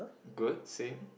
good same